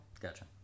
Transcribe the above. Gotcha